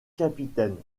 capitaine